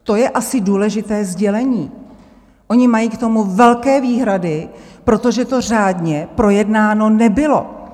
To je asi důležité sdělení, oni mají k tomu velké výhrady, protože to řádně projednáno nebylo.